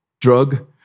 Drug